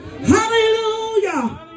Hallelujah